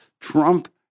Trump